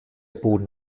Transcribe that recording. boden